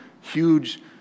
huge